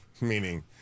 Meaning